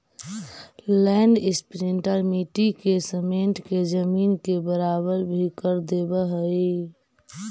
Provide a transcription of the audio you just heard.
land imprinter मट्टी के समेट के जमीन के बराबर भी कर देवऽ हई